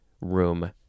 room